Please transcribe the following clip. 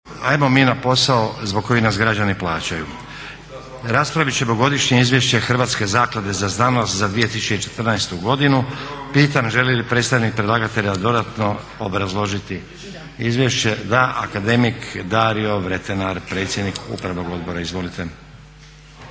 **Stazić, Nenad (SDP)** Raspraviti ćemo Godišnje izvješće Hrvatske zaklade za znanost za 2014. godinu. Pitam želi li predstavnik predlagatelja dodatno obrazložiti izvješće? Da. Akademik Dario Vretenar, predsjednik Upravnog odbora, izvolite.